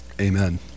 Amen